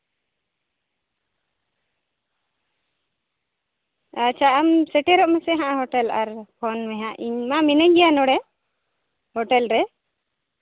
ᱟᱪᱪᱷᱟ ᱟᱢ ᱥᱮᱴᱮᱨᱚᱜ ᱢᱮᱥᱮ ᱦᱳᱴᱮᱞ ᱟᱨ ᱯᱷᱳᱱ ᱢᱮ ᱦᱟᱸᱜ ᱤᱧ ᱢᱟ ᱢᱤᱱᱟᱹᱧ ᱜᱮᱭᱟ ᱱᱚᱸᱰᱮ ᱦᱳᱴᱮᱞ ᱨᱮ